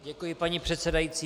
Děkuji, paní předsedající.